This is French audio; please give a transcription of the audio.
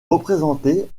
représentée